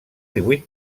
divuit